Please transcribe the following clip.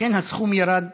לכן הסכום ירד